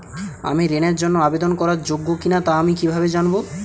আমি ঋণের জন্য আবেদন করার যোগ্য কিনা তা আমি কীভাবে জানব?